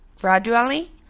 Gradually